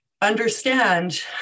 understand